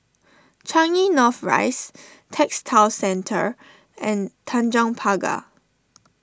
Changi North Rise Textile Centre and Tanjong Pagar